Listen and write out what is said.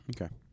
Okay